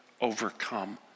overcome